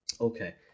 Okay